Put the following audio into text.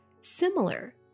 similar